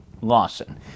Lawson